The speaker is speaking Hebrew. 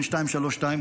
בין 232,